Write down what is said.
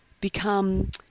become